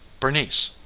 bernice,